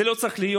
זה לא צריך להיות.